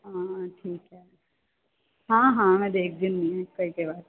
ਹਾਂ ਠੀਕ ਹੈ ਹਾਂ ਹਾਂ ਮੈਂ ਦੇਖਦੀ ਹੁੰਦੀ ਹਾਂ ਕਈ ਕਈ ਵਾਰ